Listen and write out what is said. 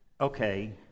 Okay